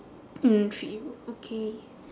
mm treat you okay